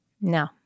No